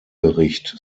bericht